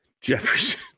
jefferson